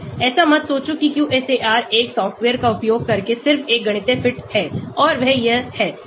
ऐसा मत सोचो कि QSAR एक सॉफ्टवेयर का उपयोग करके सिर्फ एक गणितीय फिट है और वह यह है